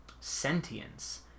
sentience